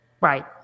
Right